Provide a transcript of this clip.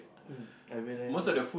um I realise that